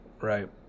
right